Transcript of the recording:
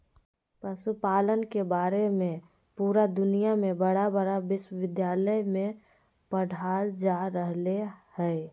पशुपालन के बारे में पुरा दुनया में बड़ा बड़ा विश्विद्यालय में पढ़ाल जा रहले हइ